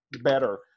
better